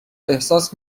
احساس